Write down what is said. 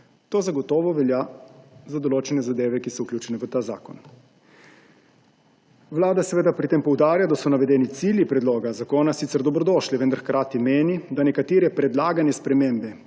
To zagotovo velja za določene zadeve, ki so vključene v ta zakon. Vlada seveda pri tem poudarja, da so navedeni cilji predloga zakona sicer dobrodošli, vendar hkrati meni, da nekatere predlagane spremembe,